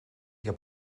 heb